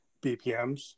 BPMs